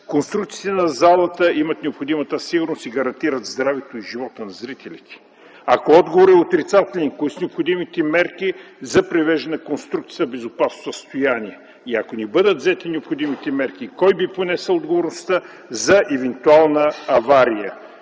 конструкциите на залата имат необходимата сигурност и гарантират здравето и живота на зрителите? Ако отговорът е отрицателен, кои са необходимите мерки за привеждане на конструкцията в безопасно състояние? Ако не бъдат взети необходимите мерки, кой би понесъл отговорността за евентуална авария?